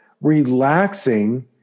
relaxing